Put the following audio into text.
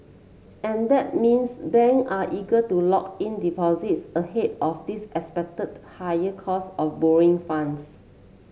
and that means bank are eager to lock in deposits ahead of this expected higher cost of borrowing funds